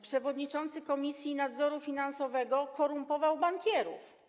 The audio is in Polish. Przewodniczący Komisji Nadzoru Finansowego korumpował bankierów.